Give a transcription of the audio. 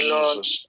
Jesus